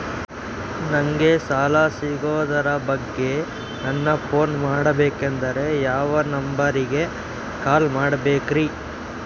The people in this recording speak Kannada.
ನಂಗೆ ಸಾಲ ಸಿಗೋದರ ಬಗ್ಗೆ ನನ್ನ ಪೋನ್ ಮಾಡಬೇಕಂದರೆ ಯಾವ ನಂಬರಿಗೆ ಕಾಲ್ ಮಾಡಬೇಕ್ರಿ?